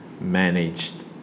managed